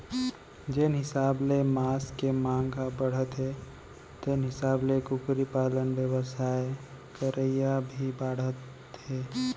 जेन हिसाब ले मांस के मांग ह बाढ़त हे तेन हिसाब ले कुकरी पालन बेवसाय करइया भी बाढ़त हें